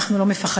אנחנו לא מפחדים,